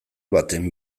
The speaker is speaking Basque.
baten